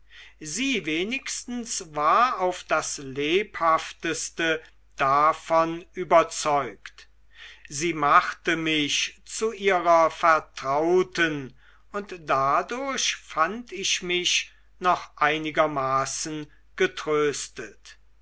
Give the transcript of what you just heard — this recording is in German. sie wenigstens war auf das lebhafteste davon überzeugt sie machte mich zu ihrer vertrauten und dadurch fand ich mich noch einigermaßen getröstet